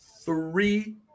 three